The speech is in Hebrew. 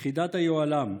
יחידת היוהל"ם,